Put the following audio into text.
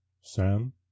Sam